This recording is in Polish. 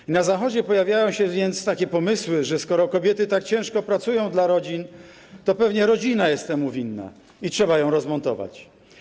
I na Zachodzie pojawiają się takie pomysły, że skoro kobiety tak ciężko pracują dla rodzin, to pewnie rodzina jest temu winna i trzeba ją rozmontować.